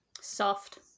Soft